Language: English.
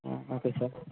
okay sir